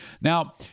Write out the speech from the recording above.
Now